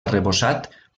arrebossat